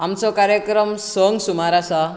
आमचो कार्यक्रम संक सुमार आसा